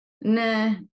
nah